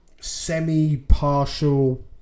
semi-partial